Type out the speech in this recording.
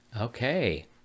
Okay